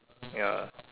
ya